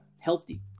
healthy